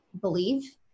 believe